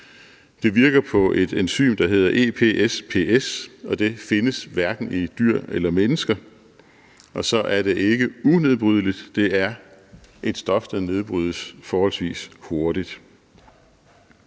Det virker på et enzym, der hedder EPSPS, og det findes hverken i dyr eller mennesker, og så er det ikke unedbrydeligt; det er et stof, der nedbrydes forholdsvis hurtigt.